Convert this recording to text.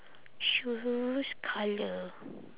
shoes colour